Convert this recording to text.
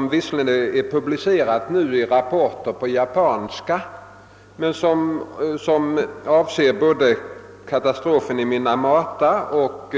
Materialet har redovisats i rapporter på japanska, avseende både katastrofen i Minamata och